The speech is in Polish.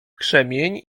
krzemień